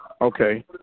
okay